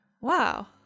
Wow